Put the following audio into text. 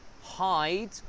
hide